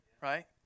right